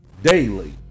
daily